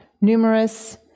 numerous